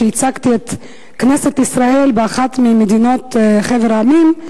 כשייצגתי את כנסת ישראל במדינה בחבר המדינות,